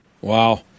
wow